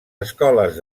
escoles